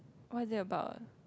what is it about